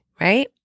Right